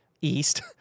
east